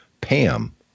pam